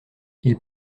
ils